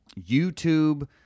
YouTube